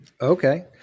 okay